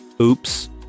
Oops